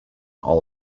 all